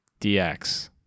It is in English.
DX